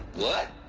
what?